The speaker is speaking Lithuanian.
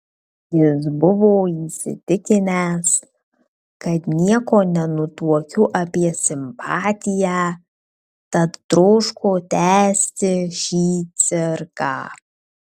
jis buvo įsitikinęs kad nieko nenutuokiu apie simpatiją tad troško tęsti šį cirką